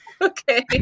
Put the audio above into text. Okay